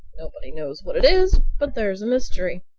nobody knows what it is. but there's a mystery.